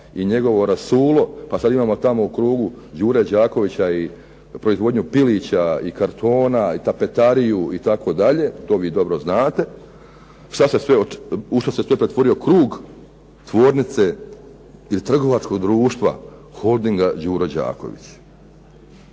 i njegovo rasulo pa sad imamo tamo u krugu "Đure Đakovića" i proizvodnju pilića i kartona i tapetariju itd., to vi dobro znate u što se sve pretvorio krug tvornice i trgovačkog društva holdinga "Đuro Đaković"